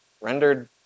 rendered